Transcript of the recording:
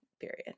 period